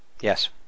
Yes